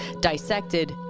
dissected